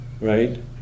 right